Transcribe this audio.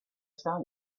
star